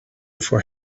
for